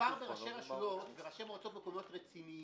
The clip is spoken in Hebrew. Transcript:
מדובר בראשי רשויות, ראשי מועצות רציניים,